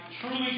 truly